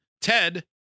Ted